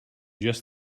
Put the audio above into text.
just